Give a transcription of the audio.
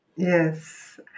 Yes